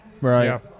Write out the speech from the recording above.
Right